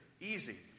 easy